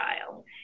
child